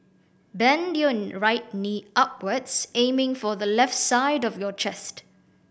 bend your right knee upwards aiming for the left side of your chest